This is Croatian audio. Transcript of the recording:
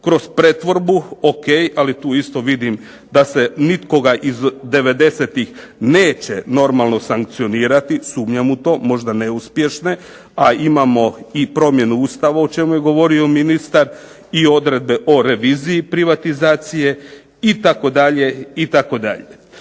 kroz pretvorbu, ok, ali tu isto vidim da se nikoga iz '90.-tih neće normalno sankcionirati, sumnjam u to, možda neuspješne, a imamo i promjenu Ustava o čemu je govorio ministar i odredbe o reviziji privatizacije itd.,